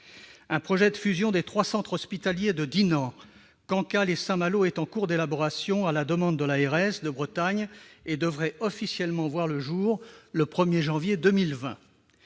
Un projet de fusion des 3 centres hospitaliers de Dinan, de Cancale et de Saint-Malo est en cours d'élaboration à la demande de l'ARS Bretagne. Cette fusion devrait officiellement voir le jour au 1janvier 2020.